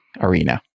arena